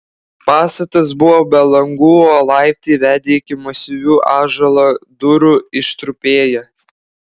pastatas buvo be langų o laiptai vedę iki masyvių ąžuolo durų ištrupėję